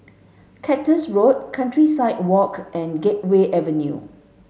Cactus Road Countryside Walk and Gateway Avenue